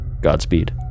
Godspeed